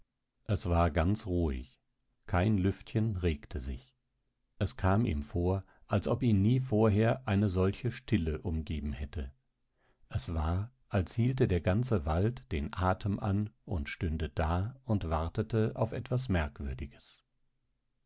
es war ganz ruhig kein lüftchen regte sich es kam ihm vor als ob ihn nie vorher eine solche stille umgeben hätte es war als hielte der ganze wald den atem an und stünde da und wartete auf etwas merkwürdiges